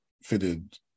fitted